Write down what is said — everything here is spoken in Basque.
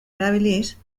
erabiliz